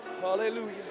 Hallelujah